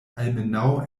almenaŭ